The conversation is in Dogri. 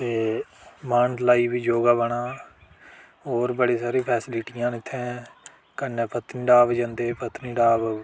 ते मान तलाई बी योग केंदर बने दा होर बड़ी सारियां फैसीलिटियां न इत्थै कन्नै पत्नीटॉप जंदे पत्नीटॉप